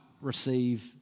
receive